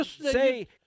Say